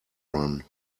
run